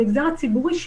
למגזר הציבורי,